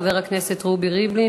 חבר הכנסת רובי ריבלין,